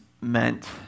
meant